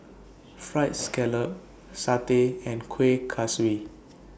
Fried Scallop Satay and Kuih Kaswi